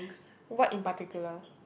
what in particular